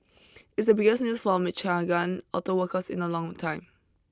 it's the biggest news for Michigan auto workers in a long time